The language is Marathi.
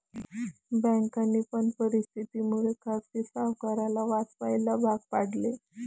बँकांनी पण परिस्थिती मुळे खाजगी सावकाराला वाचवायला भाग पाडले